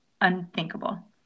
unthinkable